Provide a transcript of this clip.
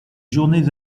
journées